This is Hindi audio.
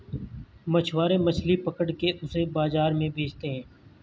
मछुआरे मछली पकड़ के उसे बाजार में बेचते है